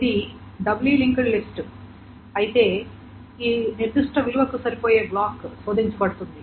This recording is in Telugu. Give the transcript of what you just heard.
ఇది డబ్లీ లింక్డ్ లిస్ట్ అయితే ఈ నిర్దిష్ట విలువకు సరిపోయే బ్లాక్ శోధించబడుతుంది